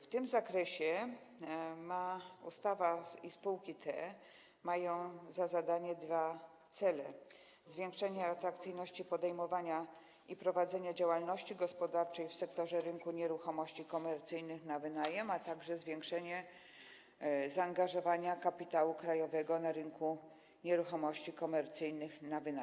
W tym zakresie ustawa i te spółki mają dwa cele: zwiększenie atrakcyjności podejmowania i prowadzenia działalności gospodarczej w sektorze rynku nieruchomości komercyjnych na wynajem, a także zwiększenie zaangażowania kapitału krajowego na rynku nieruchomości komercyjnych na wynajem.